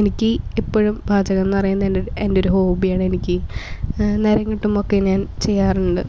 എനിക്ക് ഇപ്പോഴും പാചകം എന്ന് പറയുന്നത് എൻറ്റൊരു എൻറ്റൊരു ഹോബിയാണെനിക്ക് നേരം കിട്ടുമ്പോഴൊക്കെ ഞാൻ ചെയ്യാറുണ്ട്